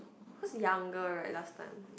because younger right last time